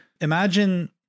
Imagine